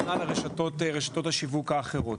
וכנ"ל לגבי רשתות השיווק האחרות.